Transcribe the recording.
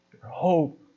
hope